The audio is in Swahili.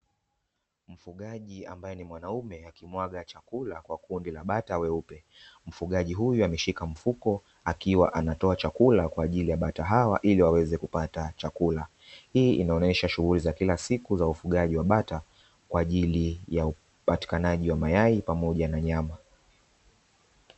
Mfugaji ambaye ni mwanaume akimwaga chakula kwa kundi la bata weupe, mfugaji huyo ameshika mfuko akiwa anatoa chakula kwa ajili ya bata hawa ili waweze kupata chakula. Hii inaonyesha shughuli za kila siku za ufugaji wa bata kwa ajili ya upatikanaji wa mayai pamoja na nyama.